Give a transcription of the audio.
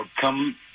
come